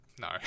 No